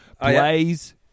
Blaze